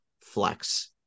flex